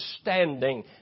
standing